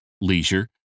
leisure